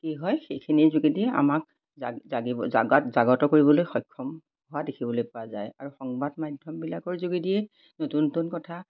কি হয় সেইখিনিৰ যোগেদি আমাক জাগিব জাগাত জাগ্ৰত কৰিবলৈ সক্ষম হোৱা দেখিবলৈ পোৱা যায় আৰু সংবাদ মাধ্যমবিলাকৰ যোগেদিয়ে নতুন নতুন কথা